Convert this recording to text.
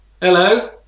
Hello